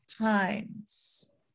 times